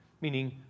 meaning